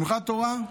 שמחת תורה,